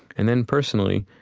and then personally,